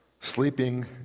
sleeping